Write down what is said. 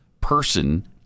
person